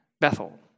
Bethel